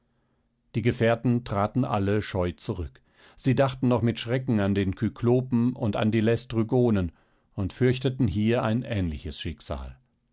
die gefährten traten alle scheu zurück sie dachten noch mit schrecken an den kyklopen und an die lästrygonen und fürchteten hier ein ähnliches schicksal